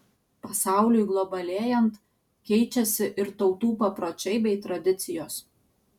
pasauliui globalėjant keičiasi ir tautų papročiai bei tradicijos